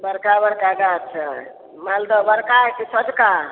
बड़का बड़का गाछ हय मालदह बड़का हय कि छोटका